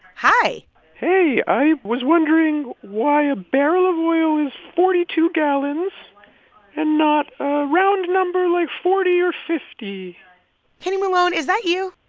hi hey. i was wondering why a barrel of oil is forty two gallons and not a round number like forty or fifty point kenny malone, is that you?